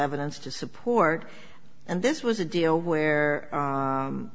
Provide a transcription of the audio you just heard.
evidence to support and this was a deal where